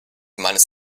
meines